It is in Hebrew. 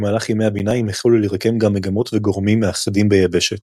במהלך ימי הביניים החלו להירקם גם מגמות וגורמים מאחדים ביבשת.